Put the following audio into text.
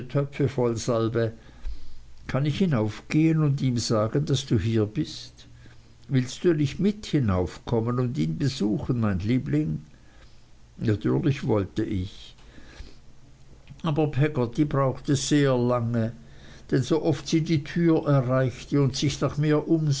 töpfe voll salbe kann ich hinaufgehen und ihm sagen daß du hier bist willst du nicht mit hinaufkommen und ihn besuchen mein liebling natürlich wollte ich aber peggotty brauchte sehr lange denn so oft sie die türe erreichte und sich nach mir umsah